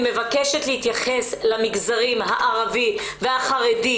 אני מבקשת להתייחס למגזרים הערבי והחרדי,